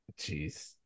Jeez